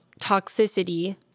toxicity